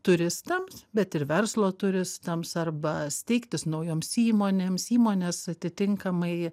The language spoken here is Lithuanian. turistams bet ir verslo turistams arba steigtis naujoms įmonėms įmonės atitinkamai